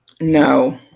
No